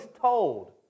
told